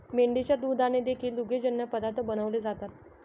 मेंढीच्या दुधाने देखील दुग्धजन्य पदार्थ बनवले जातात